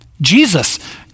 Jesus